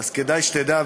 כדאי שתדע,